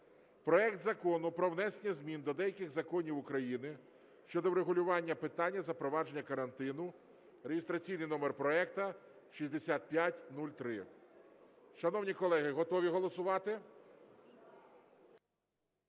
проект Закону про внесення змін до деяких законів України щодо врегулювання питання запровадження карантину (реєстраційний номер проекту 6503). Шановні колеги, готові голосувати?